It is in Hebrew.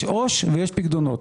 יש עו"ש ויש פיקדונות.